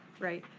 right?